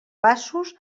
passos